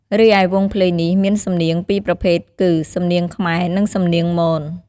រីឯវង់ភ្លេងនេះមានសំនៀងពីរប្រភេទគឺ សំនៀងខ្មែរ និងសំនៀងមន។